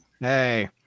Hey